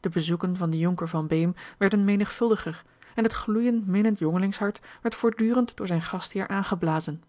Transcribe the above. de bezoeken van den jonker van beem werden menigvuldiger en het gloeijend minnend jongelingshart werd voortdurend door zijn gastheer aangeblazen